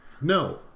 no